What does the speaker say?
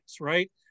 right